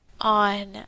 on